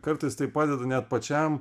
kartais tai padeda net pačiam